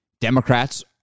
Democrats